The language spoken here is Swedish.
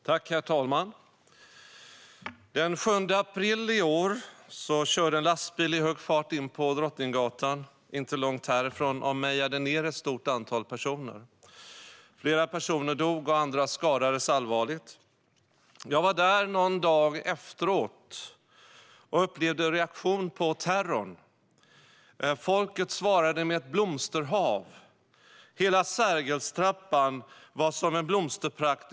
Herr talman! Den 7 april i år körde en lastbil i hög fart in på Drottninggatan, inte långt härifrån, och mejade ned ett stort antal personer. Flera personer dog, och andra skadades allvarligt. Jag var där någon dag efteråt och upplevde reaktionen på terrorn. Folket svarade med ett blomsterhav. Hela Sergeltrappan var som en blomsterprakt.